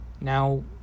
Now